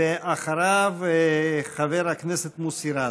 ואחריו, חבר הכנסת מוסי רז.